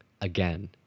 Again